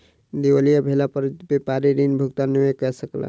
दिवालिया भेला पर व्यापारी ऋण भुगतान नै कय सकला